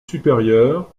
supérieures